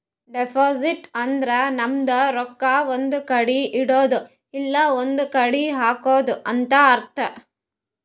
deposit ಅಂದುರ್ ನಮ್ದು ರೊಕ್ಕಾ ಒಂದ್ ಕಡಿ ಇಡದ್ದು ಇಲ್ಲಾ ಒಂದ್ ಕಡಿ ಹಾಕದು ಅಂತ್ ಅರ್ಥ